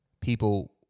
people